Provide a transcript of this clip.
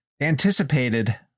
anticipated